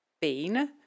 bean